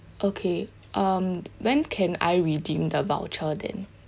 okay um when can I redeem the voucher then